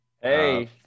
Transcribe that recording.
Hey